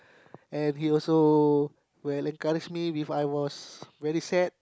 and he also will encourage me before I was very sad